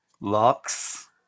locks